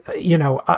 ah you know,